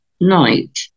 night